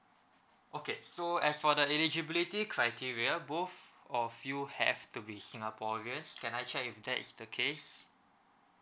okay so as for the eligibility criteria both of you have to be singaporeans can I check if that is the case